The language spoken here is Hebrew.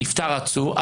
נפטר עצור,